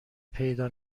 پیدا